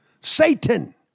Satan